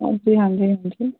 ਹਾਂਜੀ ਹਾਂਜੀ ਹਾਂਜੀ